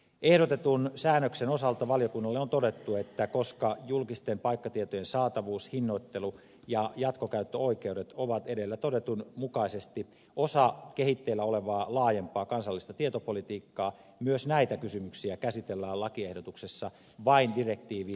ehdotetun säännöksen osalta valiokunnalle on todettu että koska julkisten paikkatietojen saatavuus hinnoittelu ja jatkokäyttöoikeudet ovat edellä todetun mukaisesti osa kehitteillä olevaa laajempaa kansallista tietopolitiikkaa myös näitä kysymyksiä käsitellään lakiehdotuksessa vain direktiivin minimivaatimusten osalta